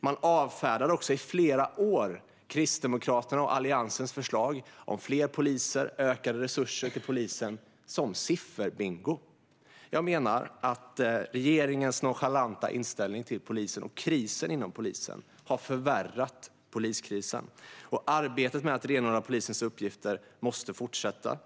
Man avfärdade också i flera år Kristdemokraternas och Alliansens förslag om fler poliser och ökade resurser till polisen som sifferbingo. Jag menar att regeringens nonchalanta inställning till polisen och krisen inom polisen har förvärrat poliskrisen. Arbetet med att renodla polisens uppgifter måste fortsätta.